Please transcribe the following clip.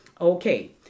Okay